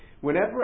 Whenever